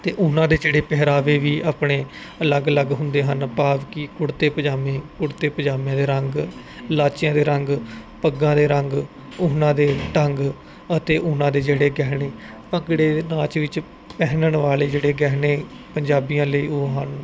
ਤੇ ਉਹਨਾਂ ਦੇ ਜਿਹੜੇ ਪਹਿਰਾਵੇ ਵੀ ਆਪਣੇ ਅਲੱਗ ਅਲੱਗ ਹੁੰਦੇ ਹਨ ਭਾਵ ਕੀ ਕੁੜਤੇ ਪਜਾਮੇ ਕੁੜਤੇ ਪਜਾਮੇ ਦੇ ਰੰਗ ਲਾਚਿਆਂ ਦੇ ਰੰਗ ਪੱਗਾਂ ਦੇ ਰੰਗ ਉਹਨਾਂ ਦੇ ਢੰਗ ਅਤੇ ਉਹਨਾਂ ਦੇ ਜਿਹੜੇ ਗਹਿਣੇ ਭੰਗੜੇ ਨਾਚ ਵਿੱਚ ਪਹਿਨਣ ਵਾਲੇ ਜਿਹੜੇ ਗਹਿਣੇ ਪੰਜਾਬੀਆਂ ਲਈ ਉਹ ਹਨ